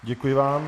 Děkuji vám.